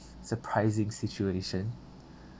surprising situation